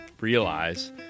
realize